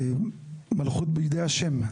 מלכות בידי השם.